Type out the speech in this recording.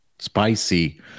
Spicy